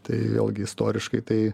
tai vėlgi istoriškai tai